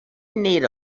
need